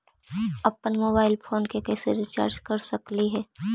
अप्पन mobile phone के कैसे रिचार्ज कर सकली हे?